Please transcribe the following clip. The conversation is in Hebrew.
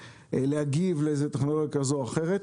להגיב לטכנולוגיה כזו או אחרת.